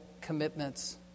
commitments